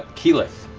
ah keyleth,